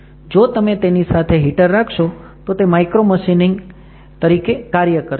જો તમે તેની સાથે હીટર રાખશો તો તે માઇક્રોમશીનિંગ તરીકે કાર્ય કરશે